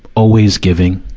always giving.